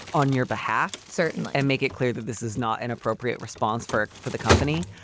on your behalf certain and make it clear that this is not an appropriate response for for the company.